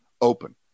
open